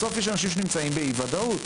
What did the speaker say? בסוף יש אנשים שנמצאים באי ודאות.